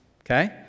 okay